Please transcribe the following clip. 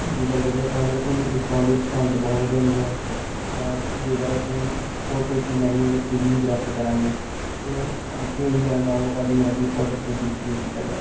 ਜੇ ਗੱਲ ਕਰੀਏ ਆਪਾਂ ਇਹਨਾਂ ਦਾ ਕੋਈ ਡਿਸਕਾਊਂਟ ਦੀ ਡਿਸਕਾਊਂਟ ਤਾਂ ਬਹੁਤ ਵਧੀਆ ਮਿਲਿਆ ਤਾਂ ਜੇਕਰ ਅਸੀਂ ਹੋਰ ਕੋਈ ਚੀਜ਼ ਲੈਣੀ ਹੋਏ ਤਾਂ ਸਵੀਗੀ ਹੀ ਪ੍ਰੈਫਰ ਕਰਾਂਗੇ ਅਤੇ ਅੰਤ ਇਹੀ ਕਹਿਣਾ ਚਾਹੂੰਗਾ ਭਾਅ ਜੀ ਮੇਰਾ ਡਿਲ ਔਰਡਰ ਛੇਤੀ ਪਲੇਸ ਕੀਤਾ ਜਾਵੇ